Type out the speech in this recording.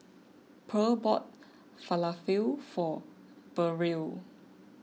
Purl bought Falafel for Burrell